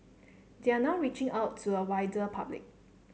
they are now reaching out to a wider public